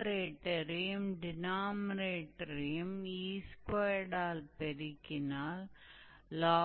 करते हैं तो यह बनेगा